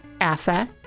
AFA